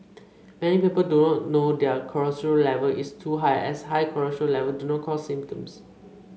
many people do not know their cholesterol level is too high as high cholesterol level do not cause symptoms